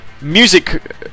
music